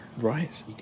Right